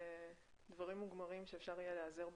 דברים מוגמרים שאפשר יהיה להיעזר בהם.